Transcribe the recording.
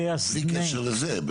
בלי קשר לזה.